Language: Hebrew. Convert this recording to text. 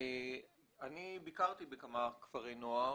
אני ביקרתי בכמה כפרי נוער,